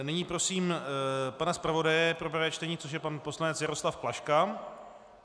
Nyní prosím pana zpravodaje pro prvé čtení, což je pan poslanec Jaroslav Klaška.